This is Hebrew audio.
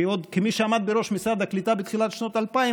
כמי שעמד בראש משרד הקליטה בתחילת שנות ה-2000,